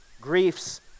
griefs